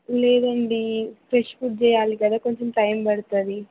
లేదండి fresh food చేయాలి కదా కొంచెం టైం పడుతుంది